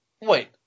wait